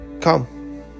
come